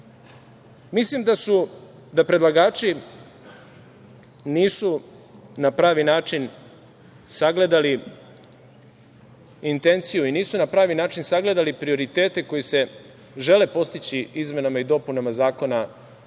da predlagači nisu na pravi način sagledali intenciju i nisu na pravi način sagledali prioritete koji se žele postići izmenama i dopunama Zakona o